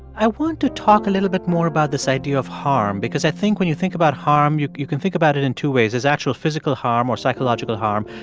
i want to talk a little bit more about this idea of harm because i think when you think about harm, you you can think about it in two ways there's actual physical harm or psychological harm,